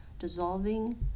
Dissolving